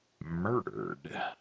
murdered